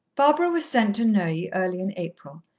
barbara was sent to neuilly early in april,